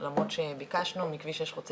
כשהדגש מהתחלה היה כביש חדש,